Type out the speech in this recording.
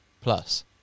plus